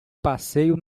passeio